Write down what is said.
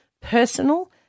personal